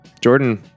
Jordan